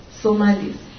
Somalis